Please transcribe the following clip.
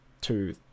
two